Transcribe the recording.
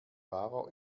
wahrer